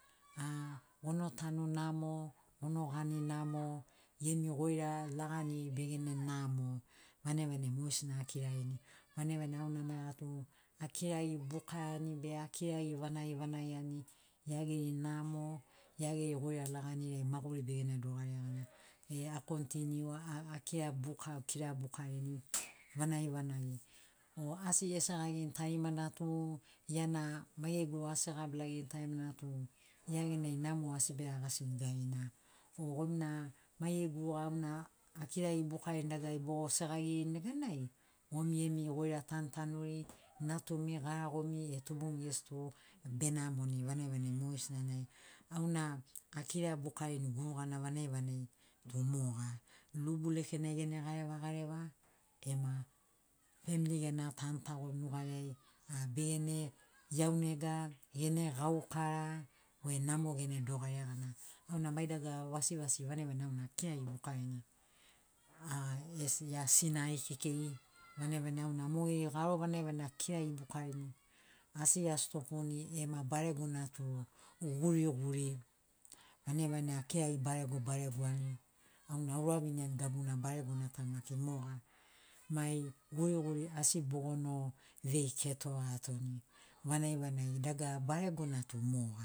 A gono tanu namo, gono gani namo, gemi goira laganiri begene namo, vanagi vanagi mogesina akirarini. Vanagi vanagi auna maiga tu akiragi bukaiani, be akiragi vanagi vanagi ani, gia geri namo, gia geri goira laganiri ai maguri begene dogaria gana, e a continiua akira buka kira bukarini vanagi vanagi. O asi esagagini tarimana tu, gia na maigeri guruga asi egabilagerini tarimana tu, gia genai namo asi beragasini garina. O gomina maigeri guruga auna akiragi bukarini dagarari bogo segagirini neganai, gomi gemi goira tanutanuri natumi, garagomi, e tubumi gesi tu benamoni. Vanagi vanagi mogesina nai auna akira bukarini gurugana vanagi vanagi tu moga. Lubu lekenai gene gareva gareva, ema famili gena tanutago nugariai a begene iaunega, gene gaukara, be namo gene dogaria gana. Auna mai dagara vasivasi vanagi vanagi auna akiragi bukarini, a as gia sinari kekei, vanagi vanagi auna mogeri garo vanagi vanagi akiragi bukarini, asi a stopuni ema baregona tu guriguri. Vanagi vanagi akiragi barego baregoani auna auraviniani gabuna baregona ta maki moga. Mai guriguri asi bogono vei ketoa atoni, vanagi vanagi dagara baregona tu moga.